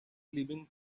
living